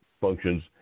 functions